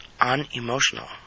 unemotional